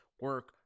Work